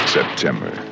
September